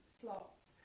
slots